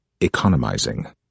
economizing